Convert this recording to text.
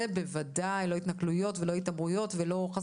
זה בוודאי לא התנכלויות ולא התעמרות ולא חס